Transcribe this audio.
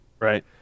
right